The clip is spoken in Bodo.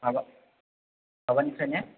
माबा माबानिफ्राय ने